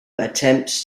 attempts